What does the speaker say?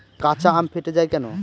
কাঁচা আম ফেটে য়ায় কেন?